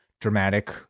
dramatic